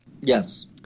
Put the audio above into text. Yes